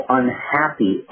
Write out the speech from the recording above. unhappy